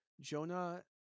Jonah